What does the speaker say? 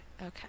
Okay